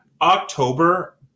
October